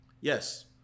Yes